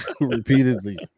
repeatedly